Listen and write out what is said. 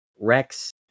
Rex